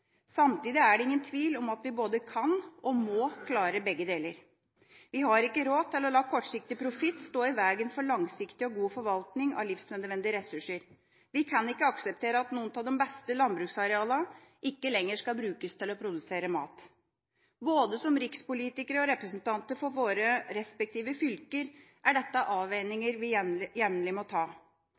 Samtidig er det ingen tvil om at vi både kan og må klare begge deler. Vi har ikke råd til å la kortsiktig profitt stå i veien for langsiktig og god forvaltning av livsnødvendige ressurser. Vi kan ikke akseptere at noen av de beste landbruksarealene ikke lenger skal brukes til å produsere mat. Både som rikspolitikere og representanter for våre respektive fylker er dette avveininger vi jevnlig må ta.